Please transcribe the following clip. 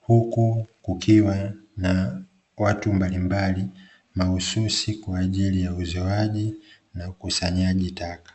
huku kukiwa na watu mbalimbali, mahususi kwa ajili ya uzoaji na ukusanyaji taka.